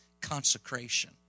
consecration